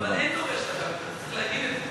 אבל אין דורש לקרקע, צריך להגיד את זה.